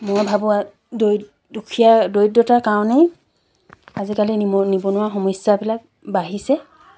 মই ভাবোঁ দুখীয়া দৰিদ্ৰতাৰ কাৰণেই আজিকালি নিবনুৱা সমস্যাবিলাক বাঢ়িছে